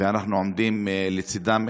ואנחנו עומדים לצידם,